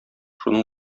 шуның